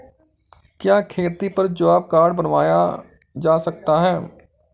क्या खेती पर जॉब कार्ड बनवाया जा सकता है?